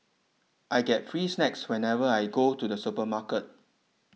I get free snacks whenever I go to the supermarket